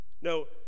No